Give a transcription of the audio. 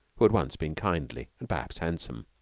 who had once been kindly, and perhaps handsome.